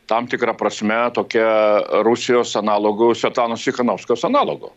tam tikra prasme tokia rusijos analogo svetlanos cichanovskos analogu